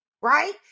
right